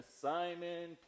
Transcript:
Simon